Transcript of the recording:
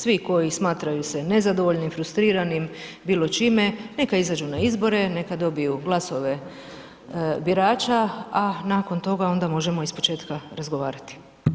Svi koji smatraju se nezadovoljnim, frustriranim bilo čime neka izađu na izbore, neka dobiju glasove birača, a nakon toga onda možemo iz početka razgovarati.